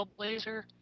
Hellblazer